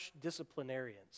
disciplinarians